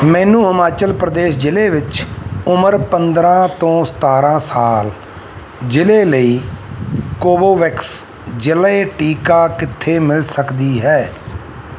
ਮੈਨੂੰ ਹਿਮਾਚਲ ਪ੍ਰਦੇਸ਼ ਜ਼ਿਲ੍ਹੇ ਵਿੱਚ ਉਮਰ ਪੰਦਰਾਂ ਤੋਂ ਸਤਾਰ੍ਹਾਂ ਸਾਲ ਜ਼ਿਲ੍ਹੇ ਲਈ ਕੋਵੋਵੈਕਸ ਜ਼ਿਲ੍ਹੇ ਟੀਕਾ ਕਿੱਥੇ ਮਿਲ ਸਕਦੀ ਹੈ